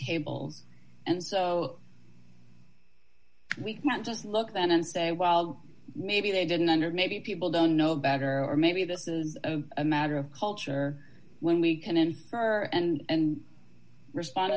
cables and so we can't just look then and say well maybe they didn't under maybe people don't know better or maybe this is a matter of culture when we can and are and respond